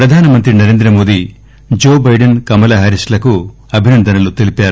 ప్రధాన మంత్రి నరేంద్రమోదీ జో డైడెన్ కమలా హ్కారీస్ లకు అభినందనలు తెలిపారు